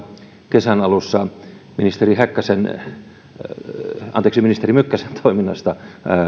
kesän alussa ministeri mykkäsen toiminnasta